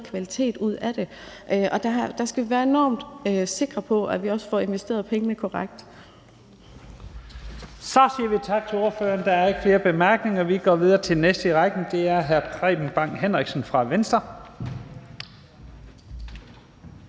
kvalitet ud af det. Og der skal vi være enormt sikre på, at vi også får investeret pengene korrekt. Kl. 11:26 Første næstformand (Leif Lahn Jensen): Så siger vi tak til ordføreren. Der er ikke flere korte bemærkninger. Vi går videre til næste i rækken, og det er hr. Preben Bang Henriksen fra Venstre.